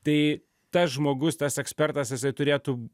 tai tas žmogus tas ekspertas jisai turėtų